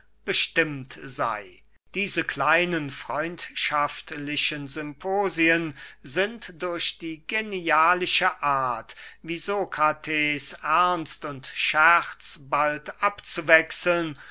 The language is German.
bestimmt sey diese kleinen freundschaftlichen symposien sind durch die genialische art wie sokrates ernst und scherz bald abzuwechseln